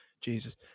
Jesus